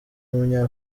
umunya